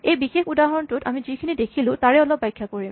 এই বিশেষ উদাহৰণটোত আমি যিখিনি দেখিলোঁ তাৰে অলপ ব্যাখ্যা কৰিম